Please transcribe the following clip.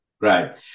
Right